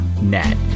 net